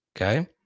Okay